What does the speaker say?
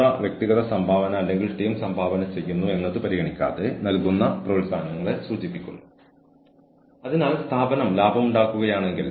മറുവശത്ത് ഒരു വ്യക്തി സംഘടനയിൽ നിന്ന് മോഷ്ടിച്ചതിന് ഫണ്ട് ദുരുപയോഗം ചെയ്തതായി ആരോപിക്കപ്പെട്ടിട്ടുണ്ടെങ്കിൽ